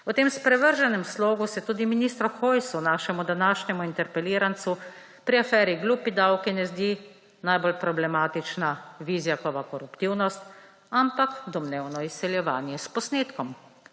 V tem sprevrženem slogu se tudi ministru Hojsu, našemu današnjemu interpelirancu, pri aferi Glupi davki ne zdi najbolj problematična Vizjakova koruptivnost, ampak domnevno izsiljevanje s posnetkom.